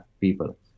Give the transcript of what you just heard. people